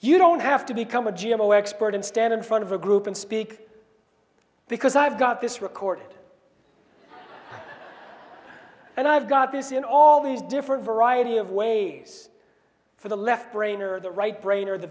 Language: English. you don't have to become a g m o expert and stand in front of a group and speak because i've got this record and i've got this in all these different variety of ways for the left brain or the right brain or the